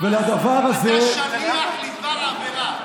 אתה שליח לדבר עבירה.